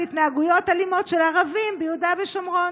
התנהגויות אלימות של ערבים ביהודה ושומרון?